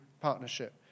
partnership